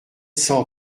cent